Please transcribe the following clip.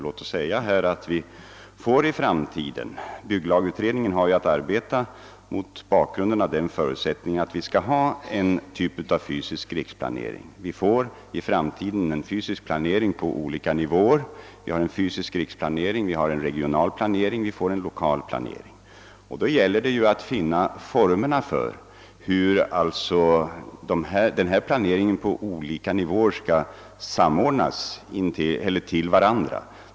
Låt oss säga att vi i framtiden får en fysisk planering på olika nivåer — bygglagutredningen har att arbeta mot bakgrunden av förutsättningen att vi skall ha en fysisk riksplanering. Vi har då en fysisk riksplanering, vi har en regional planering och vi får en lokal planering. Då gäller det att finna formerna för hur planeringarna på olika nivåer skall samordnas med varandra.